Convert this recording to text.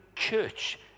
church